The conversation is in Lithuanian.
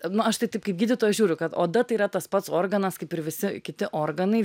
nu aš tai taip kaip gydytoja žiūriu kad oda tai yra tas pats organas kaip ir visi kiti organai